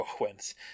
wins